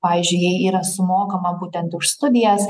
pavyzdžiui jei yra sumokama būtent už studijas